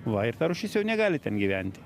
va ir ta rūšis jau negali ten gyventi